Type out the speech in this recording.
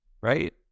right